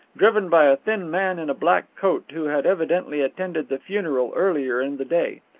driven by a thin man in a black coat, who had evidently attended the funeral earlier in the day.